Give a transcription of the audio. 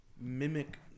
mimic